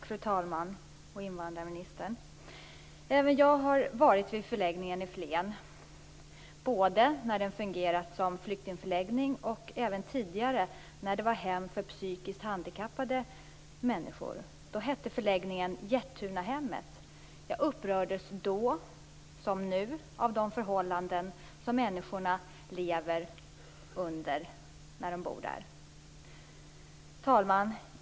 Fru talman! Tack invandrarministern! Även jag har besökt förläggningen i Flen, både när den fungerade som flyktingförläggning och även tidigare när där var ett hem för psykiskt handikappade människor. Då hette förläggningen Jättunahemmet. Då, liksom nu, har jag upprörts av de förhållanden under vilka de människor lever som bor där. Fru talman!